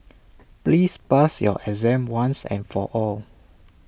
please pass your exam once and for all